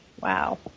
Wow